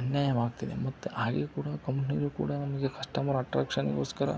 ಅನ್ಯಾಯವಾಗ್ತಿದೆ ಮತ್ತು ಹಾಗೇ ಕೂಡ ಕಂಪ್ನಿಗೆ ಕೂಡ ನಮಗೆ ಕಸ್ಟಮರ್ ಅಟ್ರ್ಯಾಕ್ಷನ್ನಿಗೋಸ್ಕರ